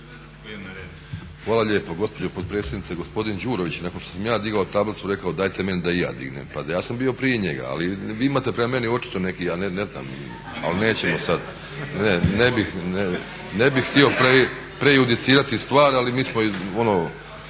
Hvala lijepa. Gospođo potpredsjednice, gospodin Đurović, nakon što sam ja digao tablicu je rekao dajte mene da i ja dignem. Pa ja sam bio prije njega, ali vi imate prema meni očito neki, ja ne znam, ali nećemo sada, ne bih htio prejudicirati stvar ali mi smo